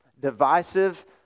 divisive